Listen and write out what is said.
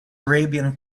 arabian